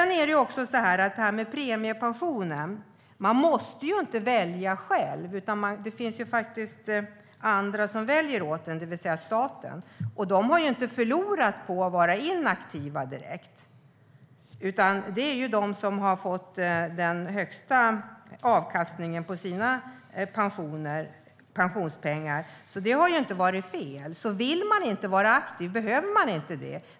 När det gäller premiepensionen måste man inte välja själv, utan det finns andra som väljer åt en, det vill säga staten. De som gör så har inte direkt förlorat på att vara inaktiva, utan det är de som har fått den högsta avkastningen på sina pensionspengar. Det har alltså inte varit fel. Vill man inte vara aktiv behöver man inte vara det.